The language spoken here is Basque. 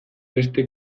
beste